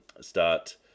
start